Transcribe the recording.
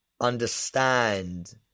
understand